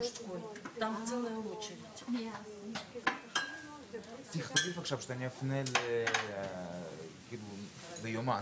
משפחות שלמות שאחד האחים עלה למדינת ישראל כיהודי על-פי ההלכה,